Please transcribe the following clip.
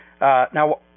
Now